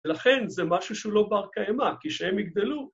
‫ולכן זה משהו שהוא לא בר קיימא, ‫כי כשהם יגדלו...